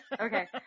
Okay